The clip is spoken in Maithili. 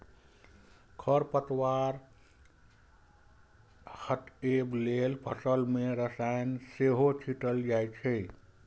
खरपतवार हटबै लेल फसल मे रसायन सेहो छीटल जाए छै